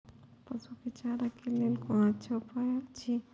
पशु के चारा के लेल कोन अच्छा उपाय अछि?